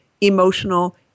emotional